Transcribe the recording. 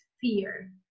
fear